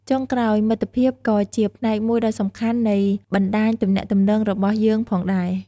ចុងក្រោយ មិត្តភាពក៏ជាផ្នែកមួយដ៏សំខាន់នៃ បណ្តាញទំនាក់ទំនង របស់យើងផងដែរ។